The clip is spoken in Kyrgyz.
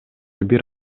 бир